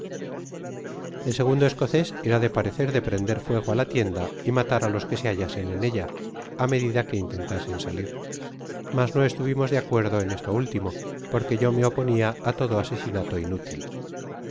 el segundo escocés era de parecer de prender fuego á la tienda y matar á los que se hallasen en ella á medida que intentasen salir mas no estuvimos de acuerdo en esto último porque yo me oponia á todo asesinato inútil